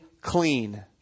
clean